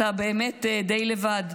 אתה באמת די לבד.